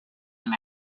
him